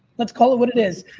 let's call it what it is,